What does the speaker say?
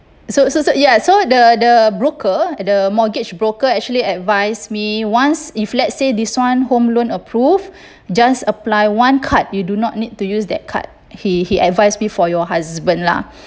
so so so ya so the the broker the mortgage broker actually advise me once if let's say this one home loan approve just apply one card you do not need to use that card he he advised me for your husband lah